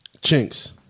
Chinks